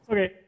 Okay